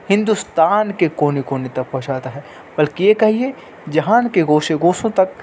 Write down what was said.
ہندوستان کے کونے کونے تک پہنچاتا ہے بلکہ یہ کہیے جہان کے گوشے گوشوں تک